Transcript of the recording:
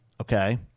okay